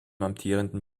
amtierenden